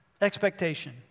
expectation